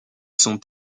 sont